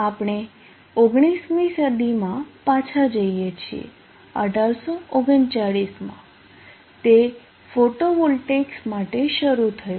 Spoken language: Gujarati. આપણે ૧૯મી સદીમાંપાછા જઈએ છીએ 1839 માં તે ફોટોવોલ્ટેઇક્સ માટે શરૂ થયું